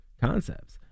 concepts